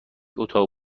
اتاق